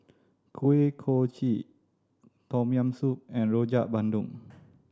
Kuih Kochi Tom Yam Soup and Rojak Bandung